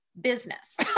business